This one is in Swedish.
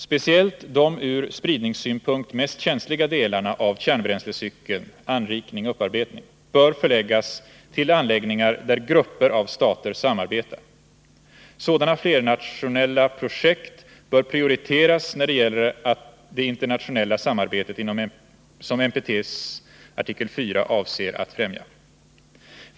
Speciellt de ur spridningssynpunkt mest känsliga delarna av kärnbränslecykeln, dvs. anrikning och upparbetning, bör förläggas till anläggningar där grupper av stater samarbetar. Sådana flernationella projekt bör prioriteras när det gäller det internationella samarbete som NPT:s artikel 4 avser att främja.